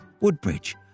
Woodbridge